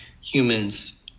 humans